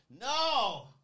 no